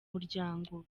muryango